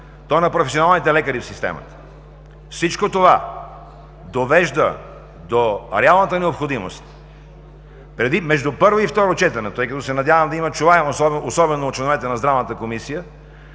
то на професионалните лекари в системата. Всичко това довежда до реалната необходимост между първо и второ четене, тъй като се надявам да има чуваемост, особено от членовете на Здравната комисия,